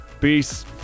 peace